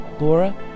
Laura